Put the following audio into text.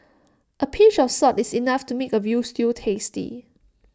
A pinch of salt is enough to make A Veal Stew tasty